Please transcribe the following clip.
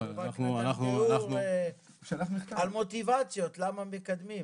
תיאור על מוטיבציות למה מקדמים.